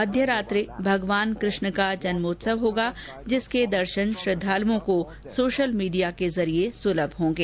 मध्यरात्रि भगवान कृष्ण का जन्मोत्सव होगा जिसके दर्शन श्रद्दालुओं को सोशल मीडिया के जरिए सुलभ होगें